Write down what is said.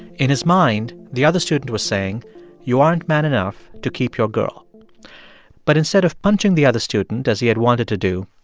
in his mind, the other student was saying you aren't man enough to keep your girl but instead of punching the other student as he had wanted to do,